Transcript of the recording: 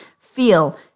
feel